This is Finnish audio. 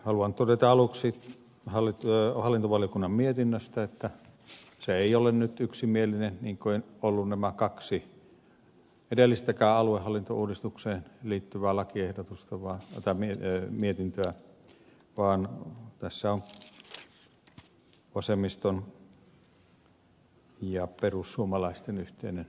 haluan todeta aluksi hallintovaliokunnan mietinnöstä että se ei ole nyt yksimielinen niin kuin eivät olleet nämä kaksi edellistäkään aluehallintouudistukseen liittyvää mietintöä vaan tässä on vasemmiston ja perussuomalaisten yhteinen hylkäysvastalause